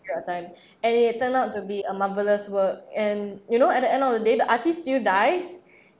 period of time and it turned out to be a marvellous work and you know at the end of the day the artist still dies